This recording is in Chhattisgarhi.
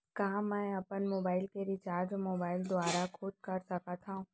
का मैं अपन मोबाइल के रिचार्ज मोबाइल दुवारा खुद कर सकत हव?